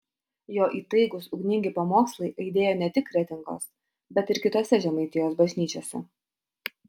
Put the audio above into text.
jo įtaigūs ugningi pamokslai aidėjo ne tik kretingos bet ir kitose žemaitijos bažnyčiose